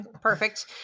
Perfect